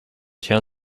town